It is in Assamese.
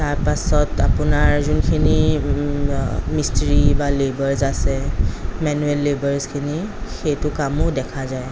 তাৰপাছত আপোনাৰ যোনখিনি মিস্ত্ৰী বা লেৱাৰছ আছে মেনুৱেল লেৱাৰছখিনি সেইটো কামো দেখা যায়